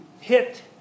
hit